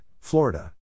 Florida